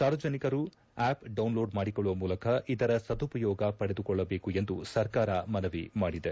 ಸಾರ್ವಜನಿಕರು app download ಮಾಡಿಕೊಳ್ಳುವ ಇದರ ಮೂಲಕ ಸದುಪಯೋಗ ಪಡೆದುಕೊಳ್ಳಬೇಕೆಂದು ಸರ್ಕಾರ ಮನವಿ ಮಾಡಿದೆ